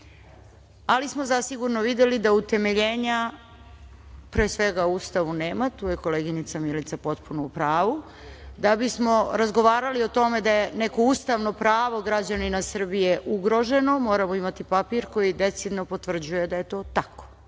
ali smo zasigurno videli da utemeljenja, pre svega, u Ustavu nema. Tu je koleginica Milica potpuno u pravu. Da bismo razgovarali o tome da je neko ustavno pravo građanina Srbije ugroženo, moramo imati papir koji decidno potvrđuje da je to tako. Ovde